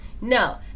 No